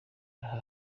aha